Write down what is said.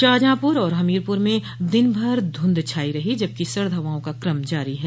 शाहजहांपुर और हमीरपुर में दिनभर धुंध छायी रही जबकि सर्द हवाओं का क्रम जारी है